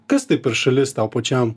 kas tai per šalis tau pačiam